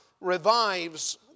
revives